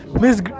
Miss